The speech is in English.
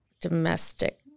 domestic